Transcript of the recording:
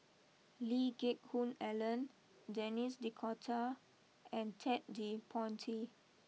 Lee Geck Hoon Ellen Denis D Cotta and Ted De Ponti